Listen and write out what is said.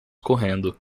correndo